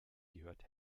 gehört